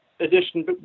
edition